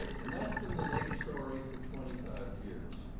and that's been the naep story for twenty five years,